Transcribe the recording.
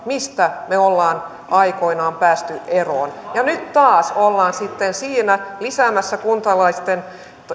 mistä me olemme aikoinaan päässeet eroon ja nyt taas ollaan sitten lisäämässä kuntalaisten